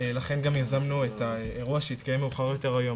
לכן גם יזמנו את האירוע שיתקיים מאוחר יותר היום,